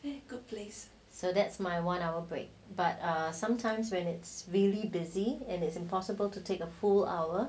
so that's my one hour break but sometimes when it's really busy and it's impossible to take a full hour